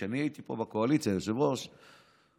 כשאני הייתי יושב-ראש כאן בקואליציה,